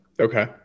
Okay